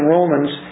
Romans